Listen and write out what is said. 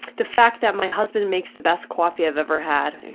the fact that my husband makes the best coffee i've ever had,